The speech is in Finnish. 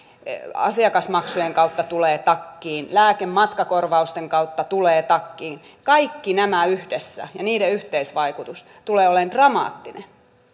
asiakasmaksujen kautta tulee takkiin lääkematkakorvausten kautta tulee takkiin kaikki nämä yhdessä ja niiden yhteisvaikutus tulee olemaan dramaattinen